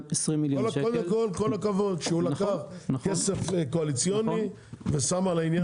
קודם כל כל הכבוד שהוא לקח כסף קואליציוני ושם על העניין הזה.